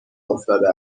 افتاده